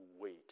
wait